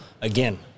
Again